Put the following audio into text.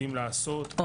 יודעים לעשות,